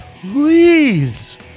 please